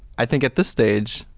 i think at this stage,